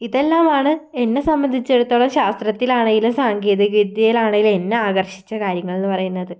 ഇതെല്ലാമാണ് എന്നെ സംബന്ധിച്ചിടത്തോളം ശാസ്ത്രത്തിലാണെങ്കിലും സാങ്കേതിക വിദ്യയിലാണെങ്കിലും എന്നെ ആകർഷിച്ച കാര്യങ്ങൾ എന്ന് പറയുന്നത്